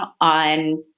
on